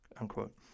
unquote